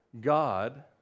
God